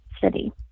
city